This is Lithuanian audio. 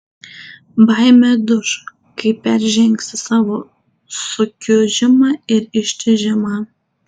baimė duš kai peržengsi savo sukiužimą ir ištižimą